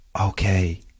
okay